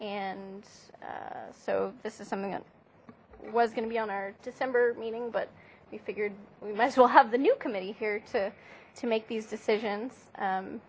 and so this is something it was gonna be on our december meeting but we figured we might as well have the new committee here to to make these decisions